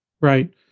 Right